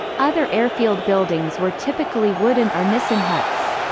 other airfield buildings were typically wooden or nissen huts.